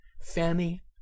Fanny